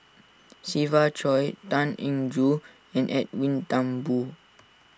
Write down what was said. Siva Choy Tan Eng Joo and Edwin Thumboo